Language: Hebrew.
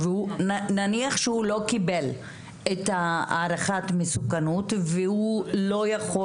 נניח שהוא לא קיבל את הערכת מסוכנות והוא לא יכול